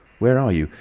where are you?